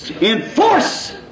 enforce